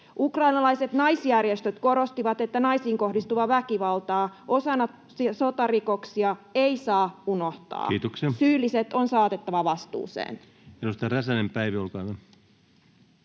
Ukrainalaiset naisjärjestöt korostivat, että naisiin kohdistuvaa väkivaltaa osana sotarikoksia ei saa unohtaa. [Puhemies: Kiitoksia!] Syylliset on saatettava vastuuseen.